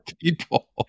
people